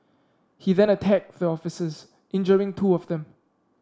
he then attacked the officers injuring two of them